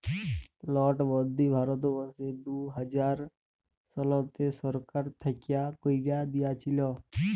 লটবল্দি ভারতবর্ষে দু হাজার শলতে সরকার থ্যাইকে ক্যাইরে দিঁইয়েছিল